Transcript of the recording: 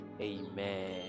amen